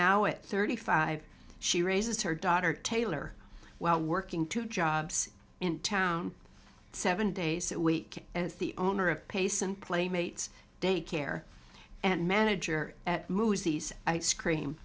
now it thirty five she raises her daughter taylor while working two jobs in town seven days a week as the owner of pace and playmates daycare and manager at mousie's ice cream